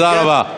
תודה רבה.